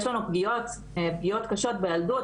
יש לנו פגיעות קשות בילדות,